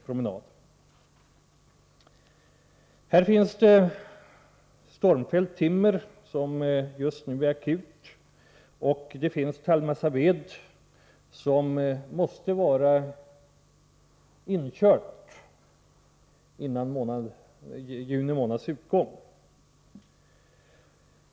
I dessa skogar ligger det stormfällt timmer, vars omhändertagande just nu är akut. Där finns också tallmassaved, som måste vara inkörd före juni månads utgång.